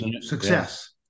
success